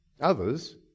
Others